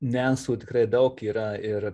niuansų tikrai daug yra ir